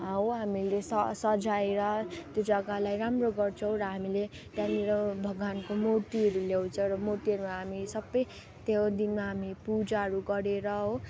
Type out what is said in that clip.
हो हामीले स सजाएर त्यो जग्गालाई राम्रो गर्छौँ र हामीले त्यहाँ निर भगवान्को मुर्तीहरू ल्याउँछ र मुर्तीहरू हामी सबै त्यो दिन हामी पूजाहरू गरेर हो